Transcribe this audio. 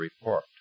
report